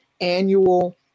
annual